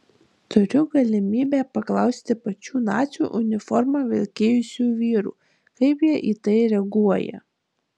turiu galimybę paklausti pačių nacių uniformą vilkėjusių vyrų kaip jie į tai reaguoja